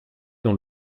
dans